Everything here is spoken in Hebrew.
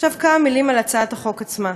עכשיו, כמה מילים על הצעת החוק עצמה.